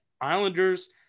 Islanders